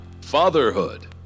Fatherhood